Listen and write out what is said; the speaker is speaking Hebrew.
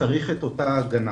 צריך את אותה הגנה.